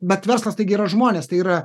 bet verslas taigi yra žmonės tai yra